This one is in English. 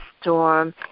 storm